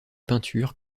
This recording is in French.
peinture